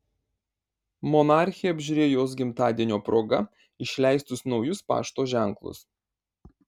monarchė apžiūrėjo jos gimtadienio proga išleistus naujus pašto ženklus